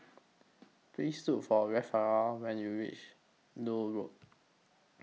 Please Look For Rafaela when YOU REACH Lloyd Road